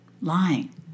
lying